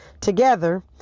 together